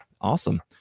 Awesome